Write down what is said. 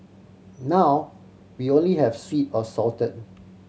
now we only have sweet or salted